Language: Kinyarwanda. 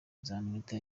nzamwita